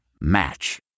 Match